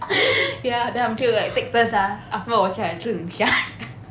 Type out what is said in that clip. ya then I'm 就 like take turns ah after 我家是你家